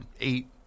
eight